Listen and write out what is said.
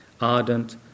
ardent